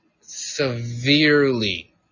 severely